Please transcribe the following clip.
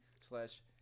slash